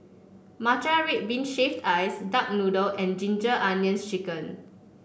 Matcha Red Bean Shaved Ice Duck Noodle and Ginger Onions chicken